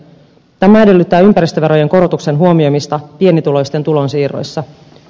tämä edellyttää ympäristöverojen korotuksen huomioimista pienituloisten tulonsiirroissa